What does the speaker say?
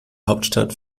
hauptstadt